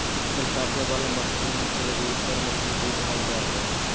फसल काटे वला मशीन के रीपर मशीन भी कहल जा हइ